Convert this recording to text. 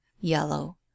yellow